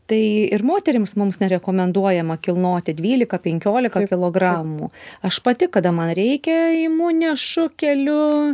tai ir moterims mums nrekomenduojama kilnoti dvylika penkiolika kilogramų aš pati kada man reikia imu nešu keliu